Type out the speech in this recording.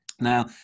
Now